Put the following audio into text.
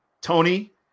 Tony